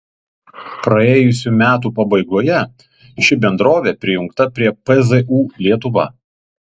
praėjusių metų pabaigoje ši bendrovė prijungta prie pzu lietuva